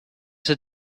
sit